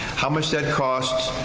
how much that costs,